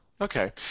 Okay